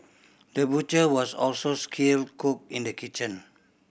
the butcher was also skilled cook in the kitchen